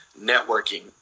networking